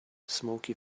smoky